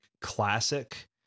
classic